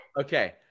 okay